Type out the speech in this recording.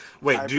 Wait